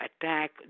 attack